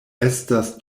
estas